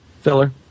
Filler